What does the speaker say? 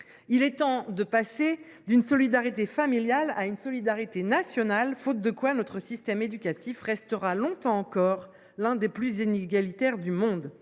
Il est temps de passer d’une solidarité familiale à une solidarité nationale, faute de quoi notre système éducatif restera longtemps encore l’un des plus inégalitaires du monde.